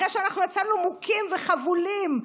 אחרי שיצאנו מוכים וחבולים?